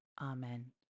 Amen